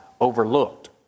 overlooked